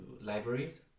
libraries